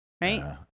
Right